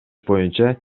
боюнча